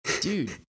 Dude